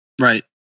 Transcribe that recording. Right